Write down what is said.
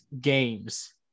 games